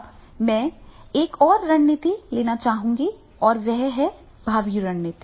अब मैं एक और रणनीति लेना चाहूंगा और वह है भावी रणनीति